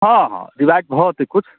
हँ हँ रिबाइट भऽ जयतै किछु